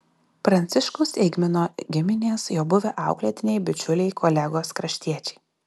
pranciškaus eigmino giminės jo buvę auklėtiniai bičiuliai kolegos kraštiečiai